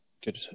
good